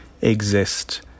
exist